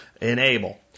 Enable